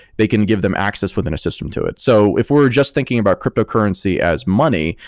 they can give them access within a system to it. so if we're just thinking about cryptocurrency as money,